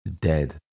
dead